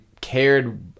cared